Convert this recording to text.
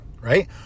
right